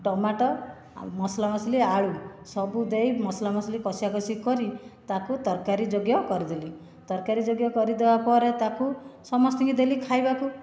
tomato ଆଉ ମସଲା ମସଲି ଆଳୁ ସବୁ ଦେଇ ମସଲା ମସଲି କଷାକଷି କରି ତାକୁ ତରକାରୀ ଯୋଗ୍ୟ କରିଦେଲି ତରକାରୀ ଯୋଗ୍ୟ କରିଦେବାପରେ ତାକୁ ସମସ୍ତଙ୍କୁ ଦେଲି ଖାଇବାକୁ